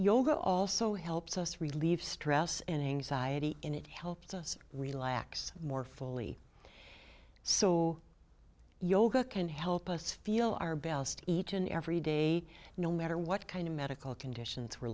yoga also helps us relieve stress and anxiety and it helps us relax more fully so yoga can help us feel are balanced each and every day no matter what kind of medical conditions were